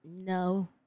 No